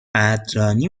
قدردانی